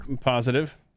positive